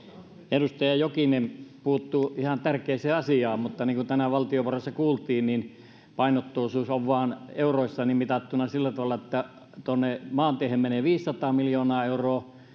edustaja jokinen puuttui ihan tärkeään asiaan mutta niin kuin tänään valtiovaroissa kuultiin painotteisuus on euroissa mitattuna sillä tavalla että maanteihin menee viisisataa miljoonaa euroa